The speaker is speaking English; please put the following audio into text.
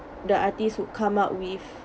the artists would come up with